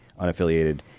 unaffiliated